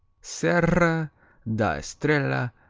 serra da estrella,